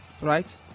Right